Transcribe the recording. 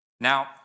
Now